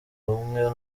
ubumwe